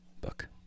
book